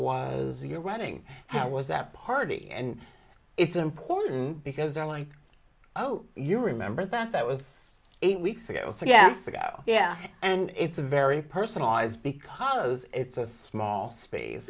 was your running how was that party and it's important because they're like oh you remember that that was eight weeks ago so yeah it's ago yeah and it's a very personal lives because it's a small space